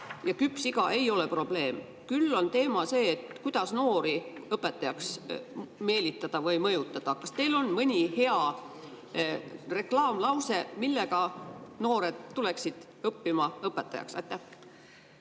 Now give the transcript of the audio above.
– küps iga ei ole probleem. Küll on teema see, kuidas noori õpetajaks meelitada või veenda. Kas teil on mõni hea reklaamlause, mille peale noored tuleksid õpetajaks